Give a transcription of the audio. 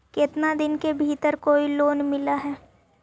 केतना दिन के भीतर कोइ लोन मिल हइ?